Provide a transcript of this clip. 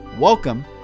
Welcome